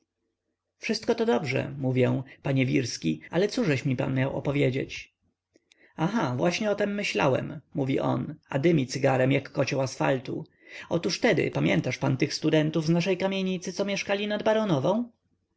wszystko to dobrze mówię panie wirski ale cóżeś mi pan miał opowiedzieć aha właśnie o tem myślałem mówi on a dymi cygarem jak kocioł asfaltu otóż tedy pamiętasz pan tych studentów z naszej kamienicy co mieszkali nad